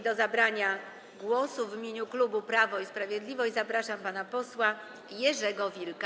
Do zabrania głosu w imieniu klubu Prawo i Sprawiedliwość zapraszam pana posła Jerzego Wilka.